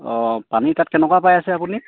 অঁ পানী তাত কেনেকুৱা পাই আছে আপুনি